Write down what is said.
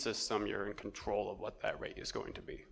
system you're in control of what that rate is going to be